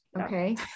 okay